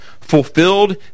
fulfilled